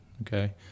okay